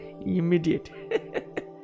immediate